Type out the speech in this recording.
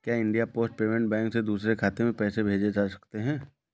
क्या India post payment bank से दूसरे खाते में पैसे भेजे जा सकते हैं?